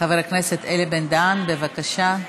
חבר הכנסת אלי בן-דהן, בבקשה,